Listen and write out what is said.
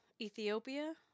Ethiopia